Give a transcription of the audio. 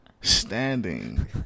standing